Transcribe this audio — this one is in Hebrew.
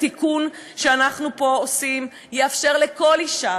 התיקון שאנחנו עושים פה יאפשר לכל אישה